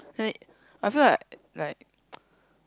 and then I feel like like